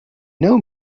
know